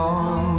on